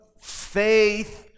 faith